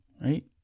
right